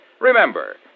Remember